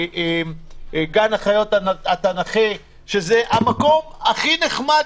וגן החיות התנ"כי שאלה המקומות הכי נחמד